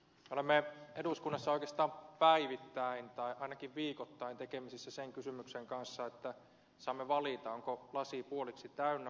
olemme eduskunnassa oikeastaan päivittäin tai ainakin viikoittain tekemisissä sen kysymyksen kanssa että saamme valita onko lasi puoliksi täynnä vai puoliksi tyhjä